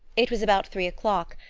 it was about three o'clock,